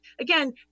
Again